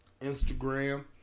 Instagram